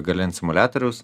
gali ant simuliatoriaus